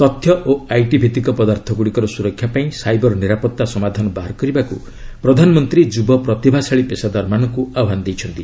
ତଥ୍ୟ ଓ ଆଇଟି ଭିତ୍ତିକ ପଦାର୍ଥଗୁଡ଼ିକର ସୁରକ୍ଷା ପାଇଁ ସାଇବର ନିରାପତ୍ତା ସମାଧାନ ବାହାର କରିବାକୁ ପ୍ରଧାନମନ୍ତ୍ରୀ ଯୁବ ପ୍ରତିଭାଶାଳୀ ପେଶାଦାରମାନଙ୍କୁ ଆହ୍ପାନ ଦେଇଛନ୍ତି